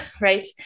Right